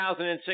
2006